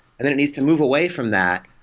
and then it needs to move away from that,